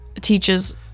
teaches